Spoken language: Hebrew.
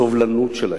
הסובלנות שלהם.